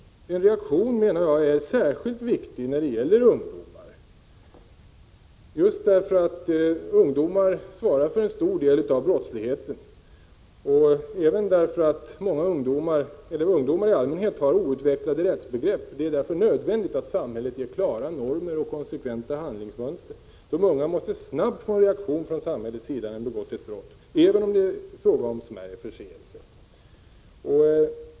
En reaktion menar jag är särskilt viktig när det gäller ungdomar, just därför att ungdomar svarar för en stor del av brottsligheten och även därför att ungdomar i allmänhet har outvecklade rättsbegrepp. Det är därför nödvändigt att samhället ger klara normer och konsekventa handlingsmönster. De unga måste snabbt få en reaktion från samhällets sida när de har begått ett brott, även om det är fråga om smärre förseelser.